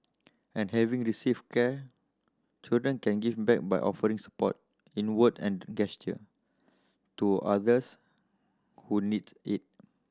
and having received care children can give back by offering support in word and gesture to others who need it